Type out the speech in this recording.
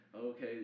okay